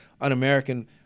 un-American